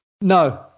No